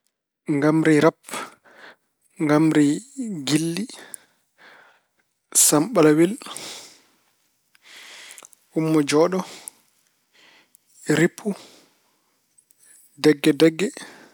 Ngamri rap, ngamri giɗli, sam-ɓalawel, ummo-jooɗo, rippu, degge degge.